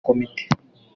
komite